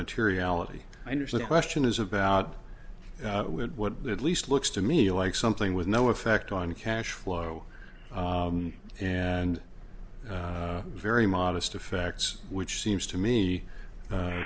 materiality i understood the question is about what at least looks to me like something with no effect on cash flow and very modest effects which seems to me